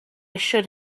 should